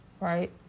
right